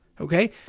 Okay